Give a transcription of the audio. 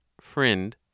Friend